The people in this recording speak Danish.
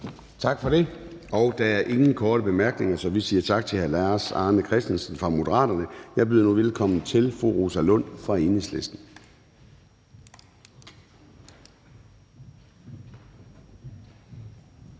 Tak for det. Der er ingen korte bemærkninger, så vi siger tak til hr. Lars Arne Christensen fra Moderaterne. Jeg byder nu velkommen til fru Rosa Lund fra Enhedslisten.